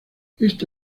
este